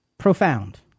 profound